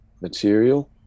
material